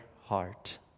heart